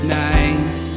nice